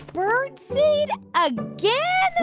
birdseed again? ooh,